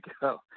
go